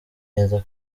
neza